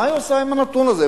מה היא עושה עם הנתון הזה?